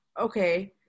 okay